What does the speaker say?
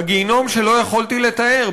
בגיהינום שלא יכולתי לתאר,